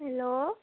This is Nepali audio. हेलो